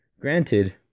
Granted